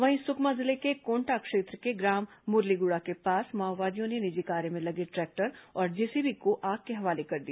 वहीं सुकमा जिले में कोंटा क्षेत्र के ग्राम मुरलीगुड़ा के पास माओवादियों ने निजी कार्य में लगे ट्रैक्टर और जेसीबी को आग के हवाले कर दिया